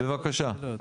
בבקשה.